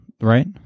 right